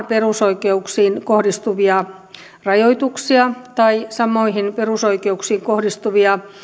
perusoikeuksiin kohdistuvia rajoituksia tai samoihin perusoikeuksiin kohdistuvia